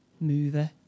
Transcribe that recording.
movie